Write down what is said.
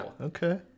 okay